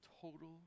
total